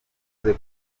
ituze